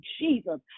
Jesus